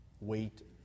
Wait